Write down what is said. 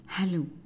Hello